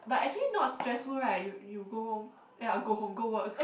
but actually not stressful right you you go home ya go home go work